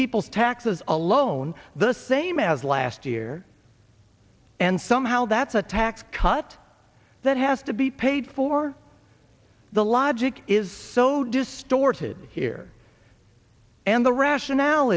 people's taxes alone the same as last year and somehow that's a tax cut that has to be paid for the logic is so distorted here and the rationale